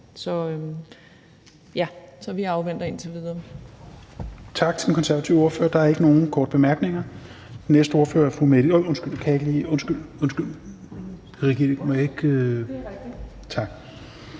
Så vi afventer indtil videre.